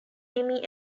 emmy